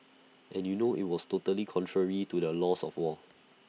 and you know IT was totally contrary to the laws of war